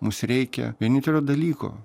mums reikia vienintelio dalyko